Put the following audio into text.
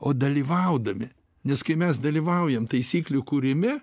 o dalyvaudami nes kai mes dalyvaujam taisyklių kūrime